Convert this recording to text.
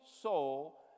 soul